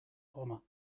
bomber